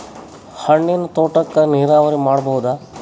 ಹಣ್ಣಿನ್ ತೋಟಕ್ಕ ನೀರಾವರಿ ಮಾಡಬೋದ?